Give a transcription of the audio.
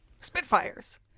spitfires